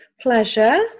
pleasure